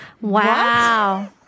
Wow